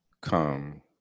come